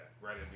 right